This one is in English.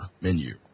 menu